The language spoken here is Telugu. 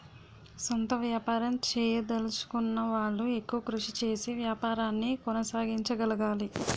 సొంత వ్యాపారం చేయదలచుకున్న వాళ్లు ఎక్కువ కృషి చేసి వ్యాపారాన్ని కొనసాగించగలగాలి